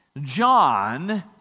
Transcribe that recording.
John